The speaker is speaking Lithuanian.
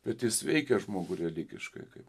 bet jis veikia žmogų religiškai